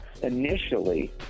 Initially